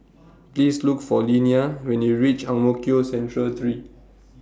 Please Look For Linnea when YOU REACH Ang Mo Kio Central three